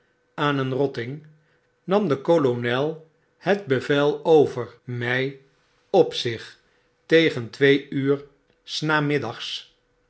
aan een rotting nam de kolonel het bevel over my op zich tegen twee uur snamiddags